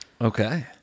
Okay